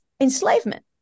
enslavement